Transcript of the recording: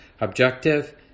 Objective